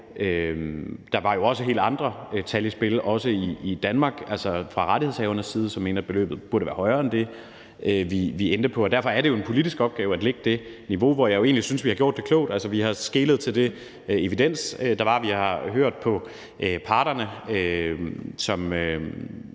Der var jo også helt andre tal i spil, også i Danmark, fra rettighedshavernes side, som mente, at beløbet burde være højere end det, vi endte på. Derfor er det jo en politisk opgave at lægge det niveau, hvor jeg egentlig synes, at vi har gjort det klogt. Vi har skelet til den evidens, der var. Vi har hørt på parterne, som